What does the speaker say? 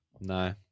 No